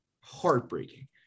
Heartbreaking